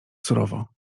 surowo